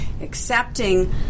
accepting